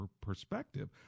perspective